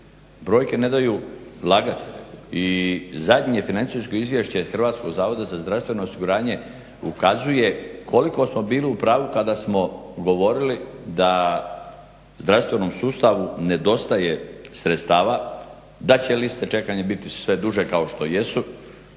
Brojke ne daju lagati i zadnje financijsko izvješće Hrvatskog zavoda za zdravstveno osiguranje ukazuje koliko smo bili u pravu kada smo govorili da zdravstvenom sustavu nedostaje sredstava, da će liste čekanja biti sve duže kao što jesu